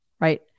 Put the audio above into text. Right